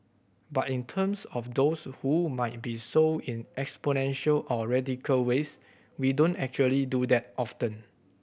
but in terms of those who might be so in exponential or radical ways we don't actually do that often